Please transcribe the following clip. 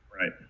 Right